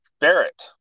Barrett